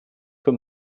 für